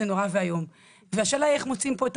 זה נורא והיום והשאלה איך מוצאים פה,